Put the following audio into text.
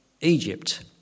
Egypt